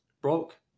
Broke